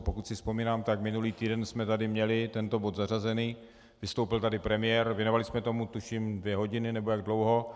Pokud si vzpomínám, tak minulý týden jsme tady měli tento bod zařazený, vystoupil tady premiér, věnovali jsme tomu tuším dvě hodiny nebo jak dlouho.